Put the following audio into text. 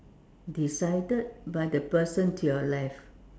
decided by the person to your left